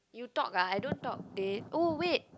you talk ah I don't talk they oh wait